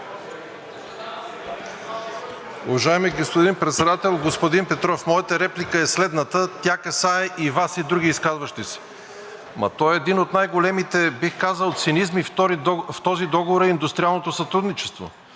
Уважаеми господин Председател! Господин Петров, моята реплика е следната – тя касае и Вас, и други изказващи се. Ама то един от най-големите, бих казал, цинизми в този договор е индустриалното сътрудничество.